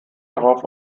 darauf